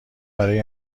برای